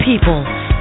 people